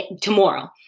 tomorrow